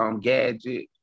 gadget